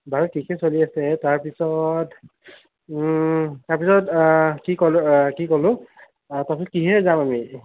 বাৰু ঠিকে চলি আছে তাৰপিছত তাৰপিছত কি ক'লোঁ কি ক'লোঁ তাৰপাছত কিহেৰে যাম আমি